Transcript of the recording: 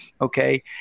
Okay